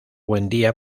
buendía